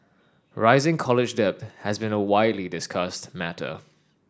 rising college debt has been a widely discussed matter